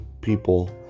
people